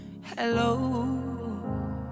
Hello